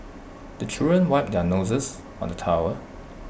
the children wipe their noses on the towel